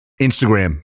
Instagram